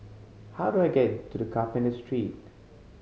how do I get to Carpenter Street